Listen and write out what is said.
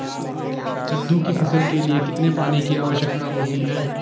कद्दू की फसल के लिए कितने पानी की आवश्यकता होती है?